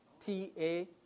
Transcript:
T-A